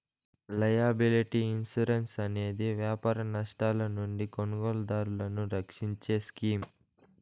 liability insurance అనేది వ్యాపార నష్టాల నుండి కొనుగోలుదారులను రక్షించే స్కీమ్